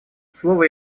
слово